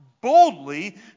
boldly